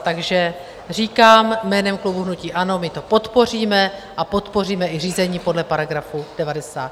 Takže říkám jménem klubu hnutí ANO, my to podpoříme a podpoříme i řízení podle § 90.